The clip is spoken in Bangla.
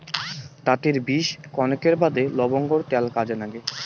দাতের বিষ কণেকের বাদে লবঙ্গর ত্যাল কাজে নাগে